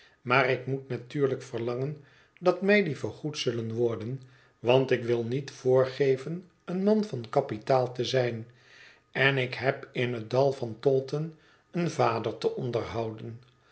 maar ik moet natuurlijk verlangen dat mij die vergoed zullen worden want ik wil niet voorgeven een man van kapitaal te zijn en ik heb in het dal van taunton een vader te onderhouden